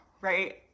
right